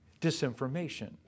disinformation